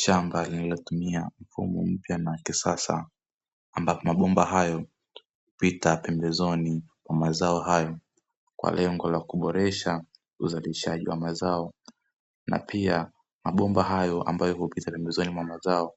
Shamba linalotumia mfumo mpya na wa kisasa ambapo mabomba hayo hupita pembezoni mwa mazao hayo kwa lengo la kuboresha uzalishaji wa mazao na pia mabomba hayo ambayo hupita pembezoni mwa mazao,